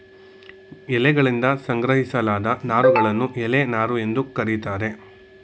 ಎಲೆಯಗಳಿಂದ ಸಂಗ್ರಹಿಸಲಾದ ನಾರುಗಳನ್ನು ಎಲೆ ನಾರು ಎಂದು ಕರೀತಾರೆ